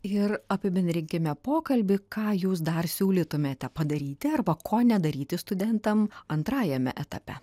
ir apibendrinkime pokalbį ką jūs dar siūlytumėte padaryti arba ko nedaryti studentams antrajame etape